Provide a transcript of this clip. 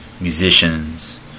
musicians